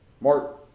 Mark